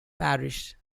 parish